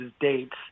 dates